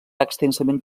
extensament